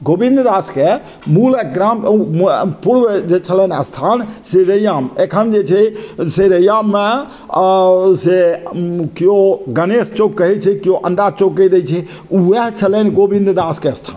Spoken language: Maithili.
गोविन्द दासके मूल ग्राम पूर्व जे छलनि हेँ स्थान से रैयाम एखन जे छै से रैयाममे से किओ गणेश चौक कहैत छै किओ अन्धा चौक कहि दैत छै उएह छलनि गोविन्द दासके स्थान